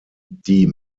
die